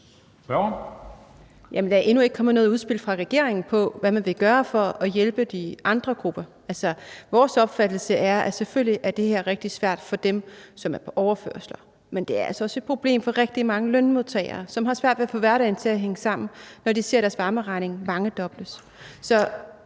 der er endnu ikke kommet noget udspil fra regeringen om, hvad man vil gøre for at hjælpe de andre grupper. Vores opfattelse er, at det her selvfølgelig er rigtig svært for dem, som er på overførsler, men det er altså også et problem for rigtig mange lønmodtagere, som har svært ved at få hverdagen til at hænge sammen, når de ser, at deres varmeregning mangedobles.